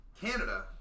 Canada